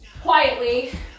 quietly